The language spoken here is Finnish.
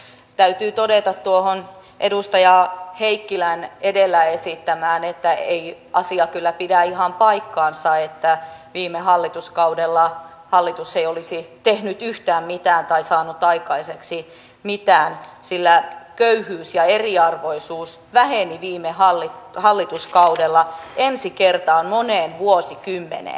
täytyy todeta tuohon edustaja heikkisen edellä esittämään että ei se kyllä pidä ihan paikkaansa että viime hallituskaudella hallitus ei olisi tehnyt yhtään mitään tai saanut aikaiseksi mitään sillä köyhyys ja eriarvoisuus väheni viime hallituskaudella ensi kertaa moneen vuosikymmeneen